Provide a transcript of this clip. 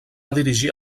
dirigir